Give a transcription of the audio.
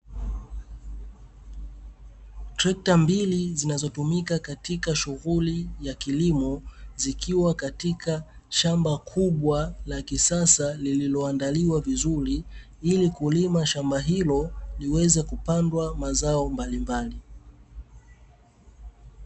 Trekta mbili zinazotumika katika shughuli ya kilimo, zikiwa katika shamba kubwa la kisasa, lililoandaliwa vizuri ili kulima shamba hilo, liweze kupandwa mazao mbalimbali.